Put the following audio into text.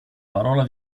parola